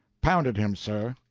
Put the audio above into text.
pounded him, sir.